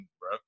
bro